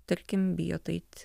tarkim bijot eit